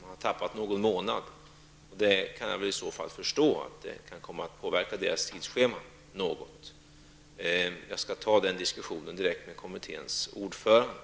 Man har kommit efter någon månad, och jag kan förstå att det kan påverka tidsschemat något. Jag skall ta upp den diskussionen direkt med kommitténs ordförande,